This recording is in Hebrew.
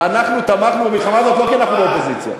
ואנחנו תמכנו במלחמה הזאת לא כי אנחנו באופוזיציה,